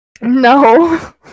No